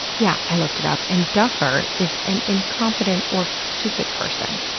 yeah, i looked it up. and duffer is an incompetent or stupid person.